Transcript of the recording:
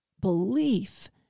belief